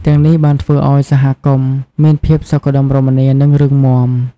ទាំងនេះបានធ្វើឱ្យសហគមន៍មានភាពសុខដុមរមនា និងរឹងមាំ។